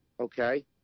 okay